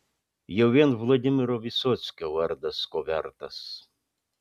jau vien vladimiro vysockio vardas ko vertas